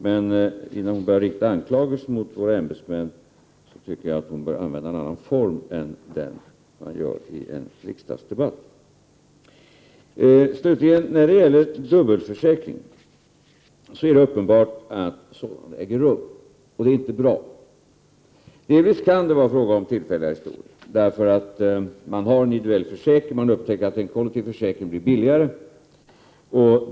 Men innan hon börjar rikta anklagelser mot våra ämbetsmän, tycker jag att hon bör använda en annan form än den som brukas i en riksdagsdebatt. Det är uppenbart att dubbelförsäkring äger rum, och det är inte bra. Visst kan det vara fråga om tillfälliga historier. Man har en individuell försäkring Prot. 1988/89:97 men upptäcker att en kollektiv försäkring blir billigare.